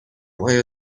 آیا